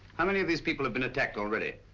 how many of these people have been attacked already?